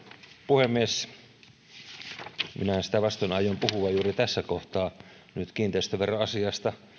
puhemies minä sitä vastoin aion puhua juuri tässä kohtaa nyt kiinteistöveroasiasta